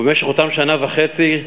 ובמשך אותה שנה וחצי,